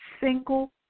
single